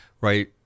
right